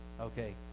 Okay